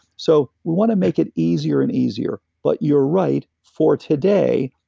so we want to make it easier and easier, but you're right for today,